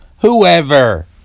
Whoever